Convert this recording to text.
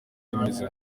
binyuze